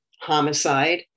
homicide